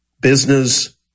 Business